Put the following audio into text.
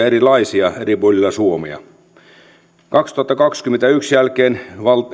erilaisia sote kiinteistöjä eri puolilla suomea vuoden kaksituhattakaksikymmentäyksi jälkeen